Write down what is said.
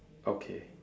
okay